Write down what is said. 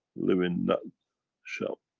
live in that shell.